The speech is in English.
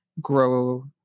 grow